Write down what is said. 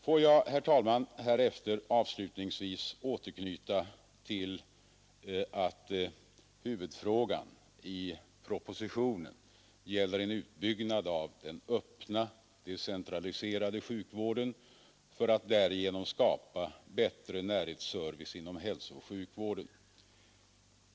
Får jag härefter, herr talman, avslutningsvis återknyta till att huvudfrågan i propositionen gäller en utbyggnad av den öppna decentraliserade sjukvården för att därigenom skapa bättre närhetsservice inom hälsooch sjukvården.